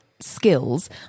Skills